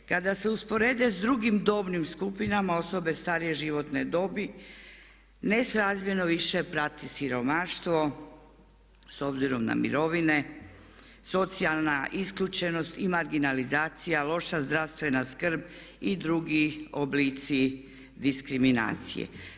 Kada se usporedbe s drugim dobnim skupinama osobe starije životne dobi nesrazmjerno više prati siromaštvo s obzirom na mirovine, socijalna isključenost i marginalizacija, loša zdravstvena skrb i drugi oblici diskriminacije.